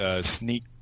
sneak